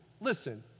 listen